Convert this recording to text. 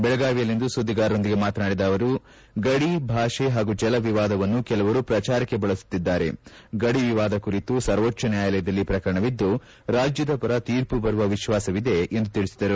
ಬೆಳಗಾವಿಯಲ್ಲಿಂದು ಸುದ್ದಿಗಾರರೊಂದಿಗೆ ಮಾತನಾಡಿದ ಅವರು ಗಡಿ ಭಾಷೆ ಹಾಗೂ ಜಲ ವಿವಾದವನ್ನು ಕೆಲವರು ಪ್ರಚಾರಕ್ಷೆ ಬಳಸುತ್ತಿದ್ದಾರೆ ಗಡಿ ವಿವಾದ ಕುರಿತು ಸರ್ವೋಚ್ಯ ನ್ಯಾಯಾಲಯದಲ್ಲಿ ಪ್ರಕರಣವಿದ್ದು ರಾಜ್ಯದ ಪರ ತೀರ್ಪು ಬರುವ ವಿಶ್ವಾಸವಿದೆ ಎಂದು ತಿಳಿಸಿದರು